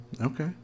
okay